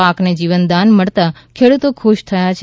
પાકને જીવનદાન મળતા ખેડૂતો ખુશ થયા છે